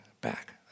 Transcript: back